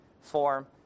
form